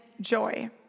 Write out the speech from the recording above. joy